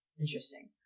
interesting